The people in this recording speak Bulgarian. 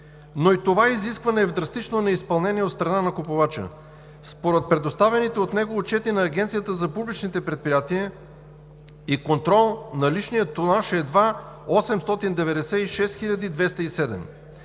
но и това изискване е в драстично неизпълнение от страна на купувача. Според предоставените от него отчети на Агенцията за публичните предприятия и контрол наличният тонаж е едва 896 207.